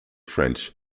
french